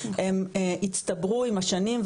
הם הצטברו עם השנים,